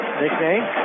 nickname